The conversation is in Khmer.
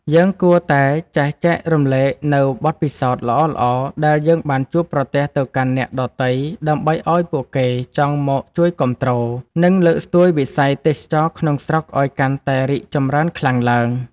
យើងគួរតែចេះចែករំលែកនូវបទពិសោធន៍ល្អៗដែលយើងបានជួបប្រទះទៅកាន់អ្នកដទៃដើម្បីឱ្យពួកគេចង់មកជួយគាំទ្រ និង លើកស្ទួយវិស័យទេសចរណ៍ក្នុងស្រុកឱ្យកាន់តែរីកចម្រើនខ្លាំងឡើង។